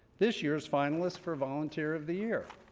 this year's finalists for volunteer of the year.